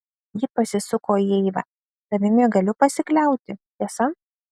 ji pasisuko į eivą tavimi galiu pasikliauti tiesa